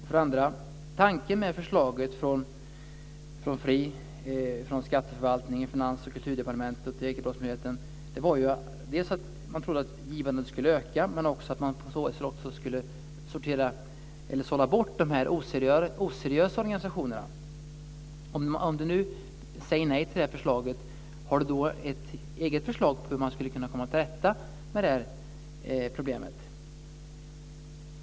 För det andra: Tanken med förslaget från FRII, skatteförvaltningen, Finans och Kulturdepartementen och Ekobrottsmyndigheten var dels att givandet skulle öka, dels att de oseriösa organisationerna skulle sållas bort. Om finansministern säger nej till detta förslag, har han då ett eget förslag till hur man skulle kunna komma till rätta med problemet?